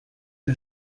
que